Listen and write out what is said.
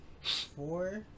Four